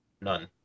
None